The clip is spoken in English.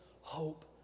hope